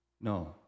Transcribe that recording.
No